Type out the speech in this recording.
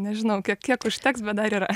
nežinau kiek kiek užteks bet dar yra